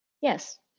Yes